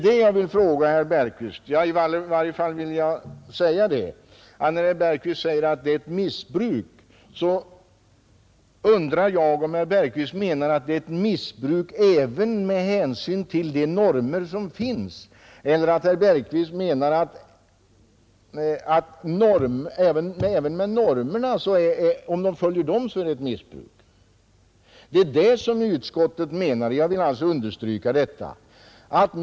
Herr Bergqvist säger att missbruk förekommer, men då undrar jag om han menar att det är ett missbruk även med hänsyn till de normer som finns, eller om herr Bergqvist menar att det är missbruk även om normerna följs?